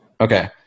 Okay